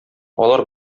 алар